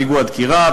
פיגוע דקירה,